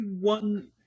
one